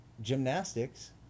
gymnastics